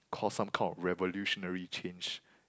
cause some call revolutionary change